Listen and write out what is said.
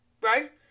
right